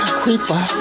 creeper